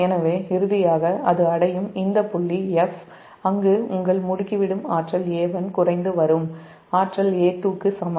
எனவே இறுதியாக அது அடையும் இந்த புள்ளி 'F' அங்கு உங்கள் முடுக்கிவிடும் ஆற்றல் A1 குறைந்து வரும் ஆற்றல் A2 க்கு சமம்